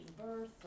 birth